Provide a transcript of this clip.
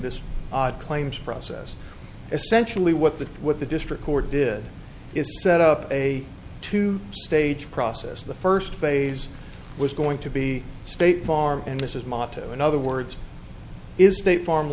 this odd claims process essentially what the what the district court did is set up a two stage process the first phase was going to be state farm and this is motto in other words is state farm